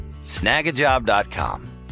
Snagajob.com